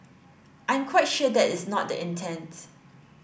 I'm quite sure that is not the intents